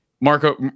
marco